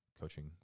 coaching